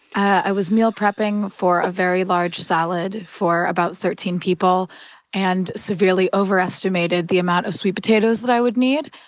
i was meal prepping for a very large salad for about thirteen people and severely overestimated the amount of sweet potatoes that i would need,